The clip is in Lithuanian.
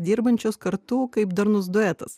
dirbančios kartu kaip darnus duetas